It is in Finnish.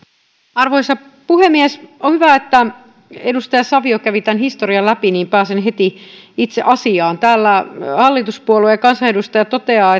arvoisa puhemies on hyvä että edustaja savio kävi tämän historian läpi niin pääsen heti itse asiaan täällä hallituspuolueen kansanedustaja toteaa